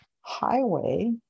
highway